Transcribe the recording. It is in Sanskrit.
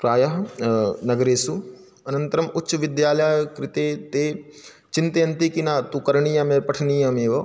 प्रायः नगरेषु अनन्तरम् उच्चविद्यालय कृते ते चिन्तयन्ति कि न तु करणीयमेव पठनीयमेव